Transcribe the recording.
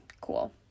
cool